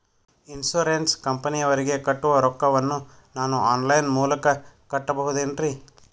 Insurance ಕಂಪನಿಯವರಿಗೆ ಕಟ್ಟುವ ರೊಕ್ಕ ವನ್ನು ನಾನು ಆನ್ ಲೈನ್ ಮೂಲಕ ಕಟ್ಟಬಹುದೇನ್ರಿ?